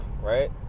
right